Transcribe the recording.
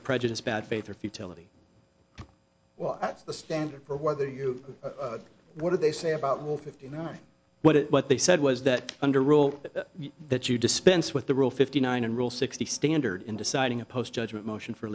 for prejudice bad faith or futility the standard for whether you what do they say about fifty nine what it what they said was that under rule that you dispense with the rule fifty nine and rule sixty standard in deciding a post judgment motion for